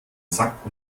sack